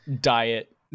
diet